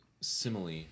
simile